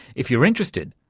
if you're interested,